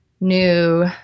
new